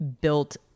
built